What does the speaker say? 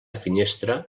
finestra